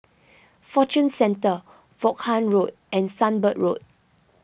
Fortune Centre Vaughan Road and Sunbird Road